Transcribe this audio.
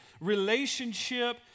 relationship